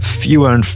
fewer